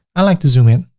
i like to zoom in.